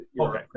okay